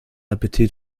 appetit